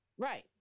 right